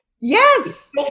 Yes